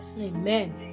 Amen